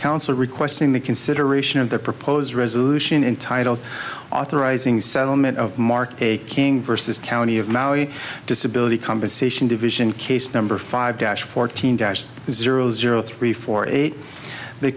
counsel requesting the consideration of the proposed resolution entitled authorizing settlement of mark a king versus county of maui disability compensation division case number five dash fourteen dash zero zero three four eight they